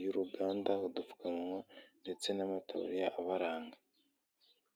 y'uruganda, udupfukamunwa ndetse n'amataburiya abaranga.